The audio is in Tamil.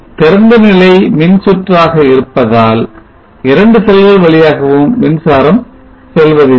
திறந்தநிலை மின்சுற்றாக இருப்பதால் இரண்டு செல்கள் வழியாகவும் மின்சாரம் செல்வதில்லை